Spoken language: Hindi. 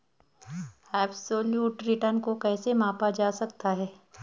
एबसोल्यूट रिटर्न को कैसे मापा जा सकता है?